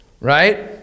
right